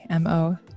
MO